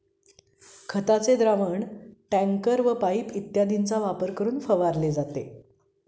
खताचे द्रावण टँकर व पाइप इत्यादींचा वापर करून फवारले जाते